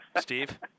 Steve